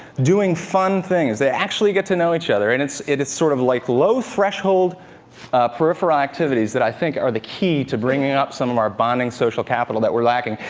doing fun things. they actually get to know each other, and it's it's sort of like low-threshold peripheral activities that i think are the key to bringing up some of our bonding social capital that we're lacking.